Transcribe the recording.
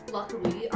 Luckily